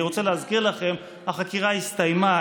אני רוצה להזכיר לכם: החקירה הסתיימה,